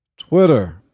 Twitter